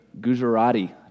Gujarati